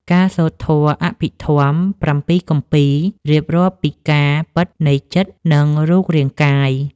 ការសូត្រធម៌អភិធម្ម ៧ គម្ពីរ រៀបរាប់ពីការពិតនៃចិត្ត និងរូបរាងកាយ។